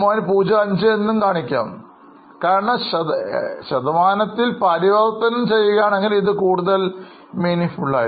05 എന്നു കാണിക്കാം കാരണം ശതമാനത്തിൽ പരിവർത്തനം ചെയ്യുകയാണെങ്കിൽ ഇത് കൂടുതൽ അർഥവത്താണ്